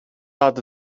are